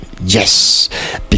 yes